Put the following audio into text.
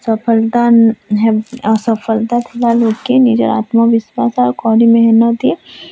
ସଫଳତା ଅସଫଳତା ଥିଲା ଲୋକ୍କେ ନିଜର୍ ଆତ୍ମବିଶ୍ଵାସ୍ ଆଉ କଡ଼ି ମେହେନତ୍ରେ